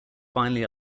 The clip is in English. finally